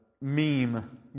meme